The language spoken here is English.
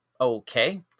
Okay